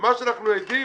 ואנחנו עדים,